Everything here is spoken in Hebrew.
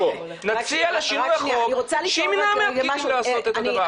נציע שינוי חוק שימנע מהפקידים לעשות את הדבר הזה.